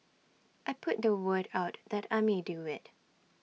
I put the word out that I may do IT